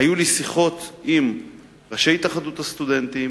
היו לי שיחות עם ראשי התאחדות הסטודנטים